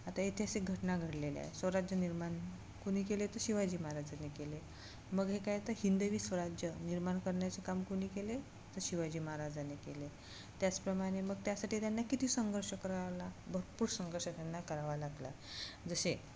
आता ऐतिहासिक घटना घडलेल्या आहे स्वराज्य निर्माण कुणी केले तर शिवाजी महाराजांनी केले मग हे काय तर हिंदवी स्वराज्य निर्माण करण्याचे काम कुणी केले तर शिवाजी महाराजांनी केले त्याचप्रमाणे मग त्यासाठी त्यांना किती संघर्ष करावा ला भरपूर संघर्ष त्यांना करावा लागला जसे